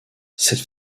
cette